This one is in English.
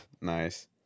Nice